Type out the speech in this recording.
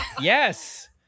Yes